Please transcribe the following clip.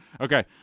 Okay